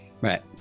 Right